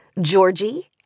Georgie